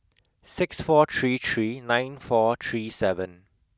six four three three nine four three seven